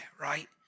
right